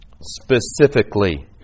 Specifically